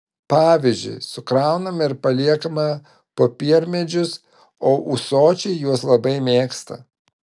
pavyzdžiui sukrauname ir paliekame popiermedžius o ūsočiai juos labai mėgsta